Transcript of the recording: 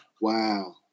Wow